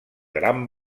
gran